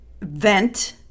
vent